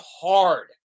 hard